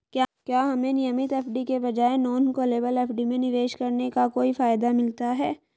क्या हमें नियमित एफ.डी के बजाय नॉन कॉलेबल एफ.डी में निवेश करने का कोई फायदा मिलता है?